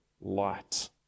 light